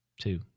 Two